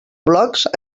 blogs